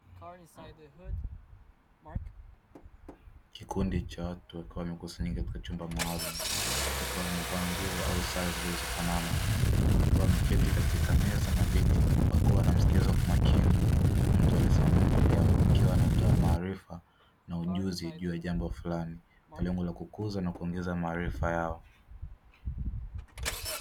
Kikundi cha watu wakiwa wamekusanyika katika chumba maalumu, wakiwa wamevaa nguo au sare zilizofanana, wakiwa wameketi katika meza na viti; wakiwa wanamsikiliza kwa makini mtu aliyesimama mbele yao, akiwa anatoa maarifa na ujuzi juu ya jambo fulani, kwa lengo la kukuza na kuongeza maarifa yao.